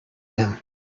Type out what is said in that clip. him